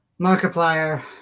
Markiplier